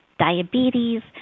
diabetes